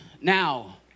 now